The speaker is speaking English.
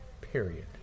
period